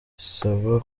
bisaba